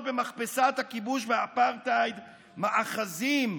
במכבסת הכיבוש והאפרטהייד "מאחזים",